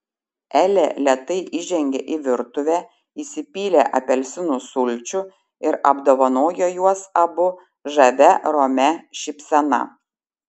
elė lėtai įžengė į virtuvę įsipylė apelsinų sulčių ir apdovanojo juos abu žavia romia šypsena